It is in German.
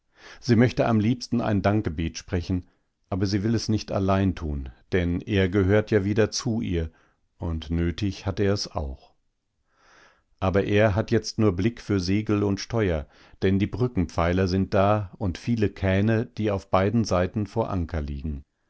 sie möchte am liebsten ein dankgebet sprechen aber sie will es nicht allein tun denn er gehört ja wieder zu ihr und nötig hat er es auch aber er hat jetzt nur blick für segel und steuer denn die brückenpfeiler sind da und viele kähne die auf beiden seiten vor anker liegen